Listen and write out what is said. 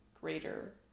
greater